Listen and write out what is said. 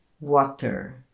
water